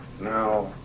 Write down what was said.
Now